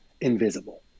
invisible